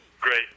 Great